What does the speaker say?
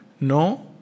No